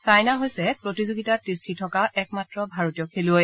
ছাইনাই হৈছে প্ৰতিযোগিতাত তিষ্ঠি থকা একমাত্ৰ ভাৰতীয় খেলুৱৈ